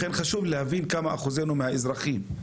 לכן חשוב להבין כמה אחוזינו מהאזרחי.